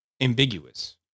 ambiguous